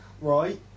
right